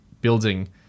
building